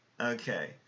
Okay